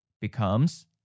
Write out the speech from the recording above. becomes